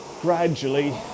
gradually